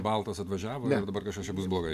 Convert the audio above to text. baltas atvažiavo ir dabar kažkas čia bus blogai